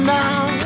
now